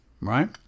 right